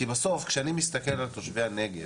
כי בסוף כשאני מסתכל על תושבי הנגב,